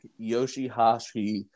Yoshihashi